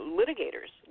litigators